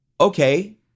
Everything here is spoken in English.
okay